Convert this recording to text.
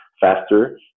faster